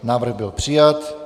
Návrh byl přijat.